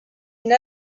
une